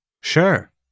Sure